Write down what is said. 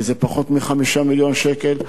כי זה פחות מ-5 מיליון שקלים.